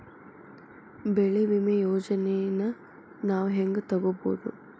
ಬೆಳಿ ವಿಮೆ ಯೋಜನೆನ ನಾವ್ ಹೆಂಗ್ ತೊಗೊಬೋದ್?